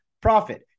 profit